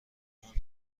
اون